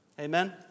Amen